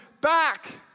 back